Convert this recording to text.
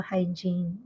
Hygiene